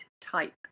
type